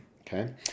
Okay